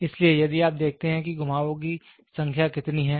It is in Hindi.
इसलिए यदि आप देखते हैं कि घुमावों की संख्या कितनी है